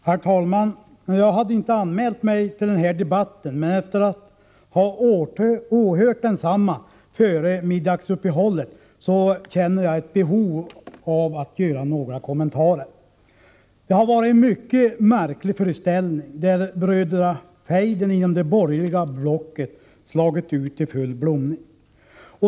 Herr talman! Jag hade inte anmält mig till den här debatten, men efter att ha åhört densamma före middagsuppehållet känner jag ett behov av att göra några kommentarer. Det har varit en mycket märklig föreställning, där brödrafejden inom det borgerliga blocket slagit ut i full blom.